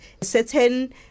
certain